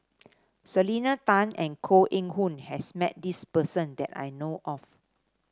Selena Tan and Koh Eng Hoon has met this person that I know of